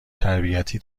تربیتی